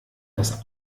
das